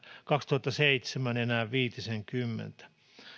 kaksituhattaseitsemän enää viitisenkymmentä